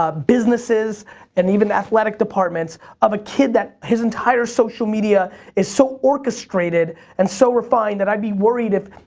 ah businesses and even athletic departments of a kid that his entire social media is so orchestrated and so refined that i'd be worried if,